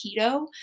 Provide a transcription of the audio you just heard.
keto